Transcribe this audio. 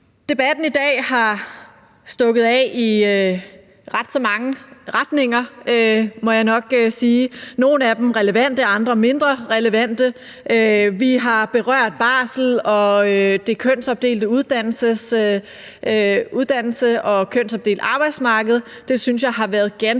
Debatten i dag er stukket af i ret så mange retninger, må jeg nok sige – nogle af dem relevante, og andre mindre relevante. Vi har berørt barsel, uddannelse og det kønsopdelte arbejdsmarked. Det synes jeg har været ganske